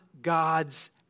God's